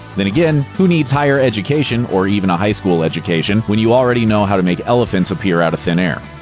then again, who needs higher education, or even a high school education, when you already know how to make elephants appear out of thin air?